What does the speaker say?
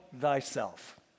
thyself